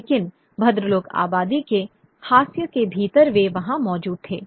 लेकिन भद्रलोक आबादी के हाशिये के भीतर वे वहां मौजूद थे